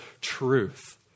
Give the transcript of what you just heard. truth